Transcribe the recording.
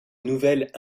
nouvelle